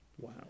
Wow